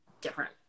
different